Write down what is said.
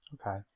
Okay